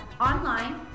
online